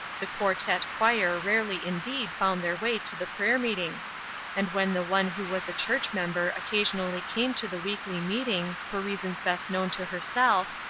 the quartette choir rarely indeed found their way to the prayer-meeting and when the one who was a church-member occasionally came to the weekly meeting, for reasons best known to herself,